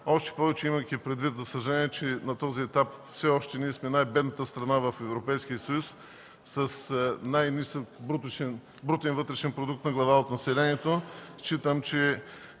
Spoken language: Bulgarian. Още повече, имайки предвид, че на този етап ние все още сме най-бедната страна в Европейския съюз с най-нисък брутен вътрешен продукт на глава от населението. Считам, че